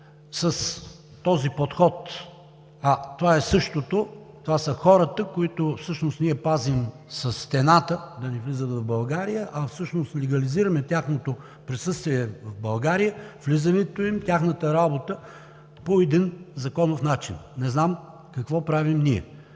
с този подход. Това е същото – това са хората, които ние пазим със стената да не влизат в България, а всъщност легализираме тяхното присъствие в България, влизането им, тяхната работа по един законов начин. Не знам какво правим ние.